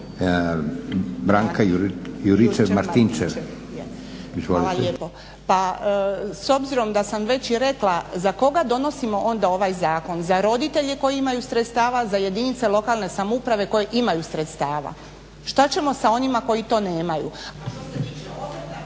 Branka (HDZ)** Hvala lijepo. Pa s obzirom da sam već i rekla za koga donosimo onda ovaj zakon, za roditelje koji imaju sredstava, za jedinice lokalne samouprave koje imaju sredstava. Što ćemo sa onima koji to nemaju?